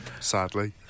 sadly